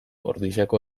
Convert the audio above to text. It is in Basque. ordiziako